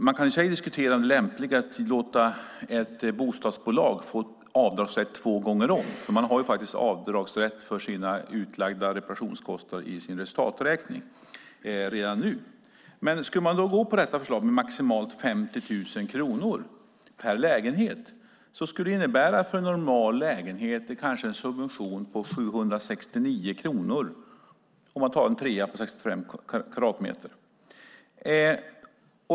Man kan säkert diskutera det lämpliga i att låta ett bostadsbolag få avdragsrätt två gånger om, för de har faktiskt avdragsrätt för sina utlagda reparationskostnader i resultaträkningen. Skulle man då gå på detta förslag, maximalt 50 000 kronor per lägenhet, skulle det för en normal lägenhet innebära en subvention på kanske 769 kronor för en trea på 65 kvadratmeter.